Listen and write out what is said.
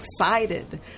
excited